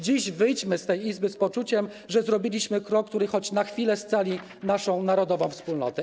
Dziś wyjdźmy z tej Izby z poczuciem, że zrobiliśmy krok, który choć na chwilę scali naszą narodową wspólnotę.